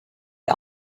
est